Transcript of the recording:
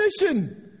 mission